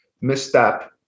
misstep